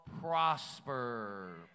prosper